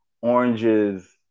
oranges